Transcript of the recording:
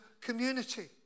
community